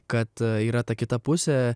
kad yra ta kita pusė